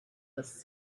was